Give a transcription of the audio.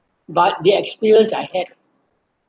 but the experience I had